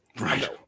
Right